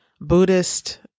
Buddhist